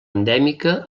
endèmica